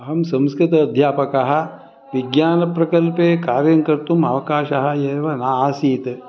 अहं संस्कृत अध्यापकः विज्ञानप्रकल्पे कार्यङ्कर्तुं अवकाशः एव ना आसीत्